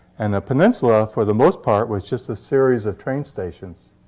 and the peninsula, for the most part, was just a series of train stations